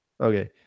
okay